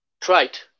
trite